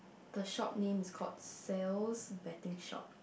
the short name is called Sales Bedding shop